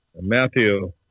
Matthew